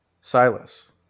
Silas